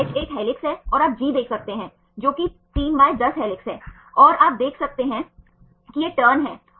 आप CO समूह और NH समूह को देख सकते हैं आप बीटा स्ट्रैंड बनाने के लिए CO और NH के बीच हाइड्रोजन बॉन्डिंग देख सकते हैं